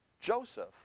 Joseph